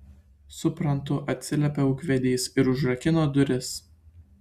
suprantu atsiliepė ūkvedys ir užrakino duris